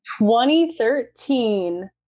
2013